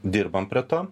dirbam prie to